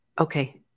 okay